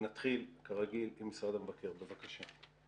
נתחיל כרגיל עם משרד המבקר, בבקשה.